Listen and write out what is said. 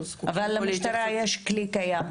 זקוקים פה להתייחסות - אבל למשטרה יש כלי קיים,